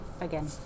again